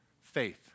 Faith